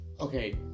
Okay